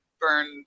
burned